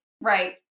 Right